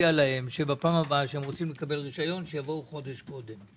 שבפעם הבאה שהם רוצים לקבל רישיון שיבואו חודש קודם.